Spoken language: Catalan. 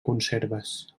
conserves